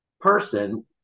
person